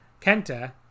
Kenta